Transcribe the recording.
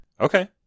Okay